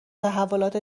تحولات